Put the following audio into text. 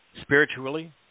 Spiritually